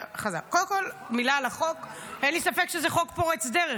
קודם כול מילה על החוק: אין לי ספק שזה חוק פורץ דרך,